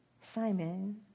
Simon